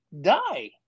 die